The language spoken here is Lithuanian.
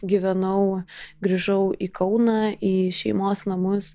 gyvenau grįžau į kauną į šeimos namus